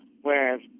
whereas